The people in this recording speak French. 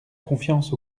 confiance